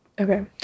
Okay